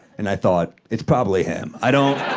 and i thought, it's probably him. i don't